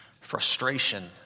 frustration